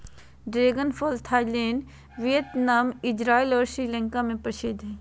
dragon फल Thailand Vietnam, Israel और श्रीलंका में प्रसिद्ध हइ